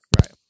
Right